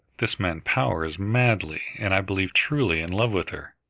this man power is madly and i believe truly in love with her.